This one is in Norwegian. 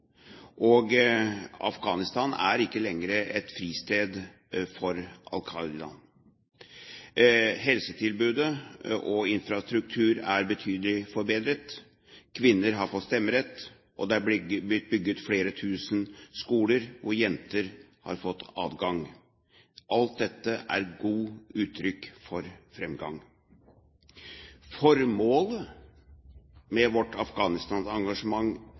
og Afghanistan er ikke lenger et fristed for Al Qaida. Helsetilbudet og infrastrukturen er betydelig forbedret. Kvinner har fått stemmerett, og det er blitt bygd flere tusen skoler, hvor jenter har fått adgang. Alt dette er gode uttrykk for framgang. Formålet med vårt